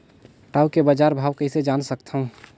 टाऊ के बजार भाव कइसे जान सकथव?